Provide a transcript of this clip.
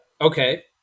okay